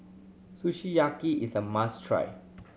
Sukiyaki is a must try